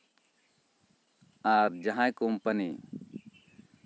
ᱟᱨ ᱡᱟᱦᱟᱸᱭ ᱠᱳᱢᱯᱟᱱᱤ